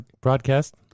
broadcast